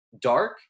dark